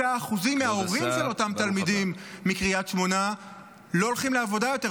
36% מההורים של אותם תלמידים מקריית שמונה לא הולכים לעבודה יותר,